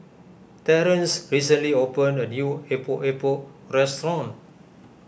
Terrance recently opened a new Epok Epok restaurant